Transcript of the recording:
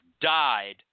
died